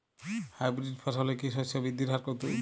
Hybrid ফসলের কি শস্য বৃদ্ধির হার দ্রুত?